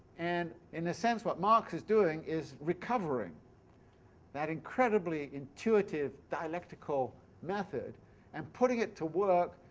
and in a sense what marx is doing is recovering that incredibly intuitive dialectical method and putting it to work,